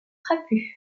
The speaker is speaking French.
trapu